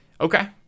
Okay